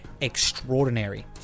extraordinary